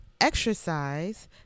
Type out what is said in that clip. exercise